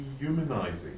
dehumanizing